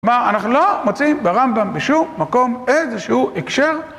כלומר אנחנו לא מוצאים ברמב״ם בשום מקום איזה שהוא הקשר